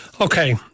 Okay